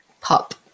pop